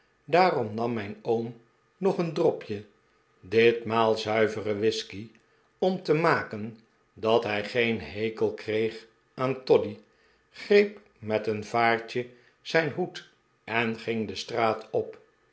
daarom nam mijn oom nog een dropje ditmaal zuivere whiskey om te maken dat hij geen hekel kreeg aan toddy greep met een vaartje zijn hoed en ging de straat op